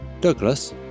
Douglas